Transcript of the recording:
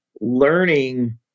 learning